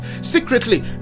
secretly